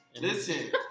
Listen